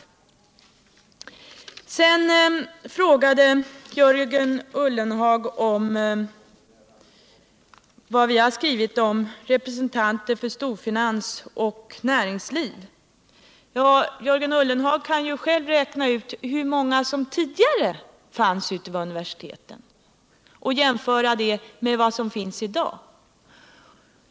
Sedan frågade Jörgen Ullenhag om vad vi har skrivit om representanter för storfinans och näringsliv. Ja, Jörgen Ullenhag kan ju själv räkna ut hur många som tidigare fanns vid universiteten och jämföra det med vad som finns i dag.